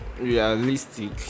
realistic